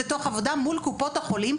תוך עבודה מול קופות החולים,